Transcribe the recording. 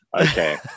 Okay